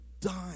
dying